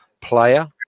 player